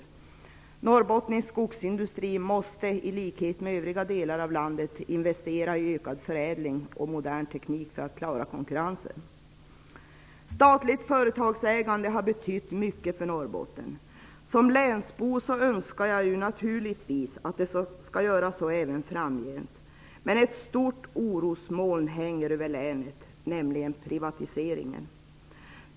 Den norrbottniska skogsindustrin måste, i likhet med skogsindustrin i övriga delar av landet, investera i ökad förädling och modern teknik för att klara konkurrensen i det nya Europa. Statligt företagsägande har betytt mycket för Norrbotten. Som länsbo önskar jag naturligtvis att det skall göra det även framgent. Men ett stort orosmoln hänger över länet, nämligen privatiseringen.